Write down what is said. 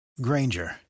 Granger